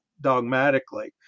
dogmatically